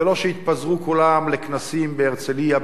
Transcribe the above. ולא שיתפזרו כולם לכנסים בהרצלייה,